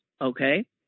Okay